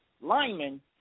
linemen